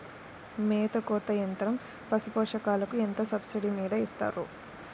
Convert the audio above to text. మేత కోత యంత్రం పశుపోషకాలకు ఎంత సబ్సిడీ మీద ఇస్తారు?